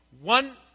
One